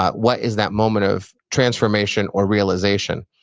what is that moment of transformation or realization.